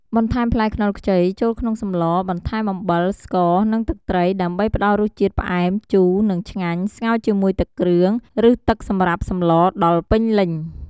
បន្ថែមផ្លែខ្នុរខ្ចីចូលក្នុងសម្ល បន្ថែមអំបិល ស្ករ និងទឹកត្រី ដើម្បីផ្តល់រសជាតិផ្អែមជូរ និងឆ្ងាញ់ ស្ងោរជាមួយទឹកគ្រឿង ឬទឹកសម្រាប់សម្លរដល់ពេញ លេញ។